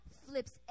flips